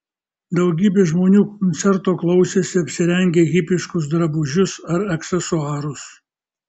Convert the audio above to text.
daugybė žmonių koncerto klausėsi apsirengę hipiškus drabužius ar aksesuarus